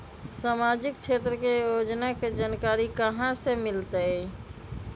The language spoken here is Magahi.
सामाजिक क्षेत्र के योजना के जानकारी कहाँ से मिलतै?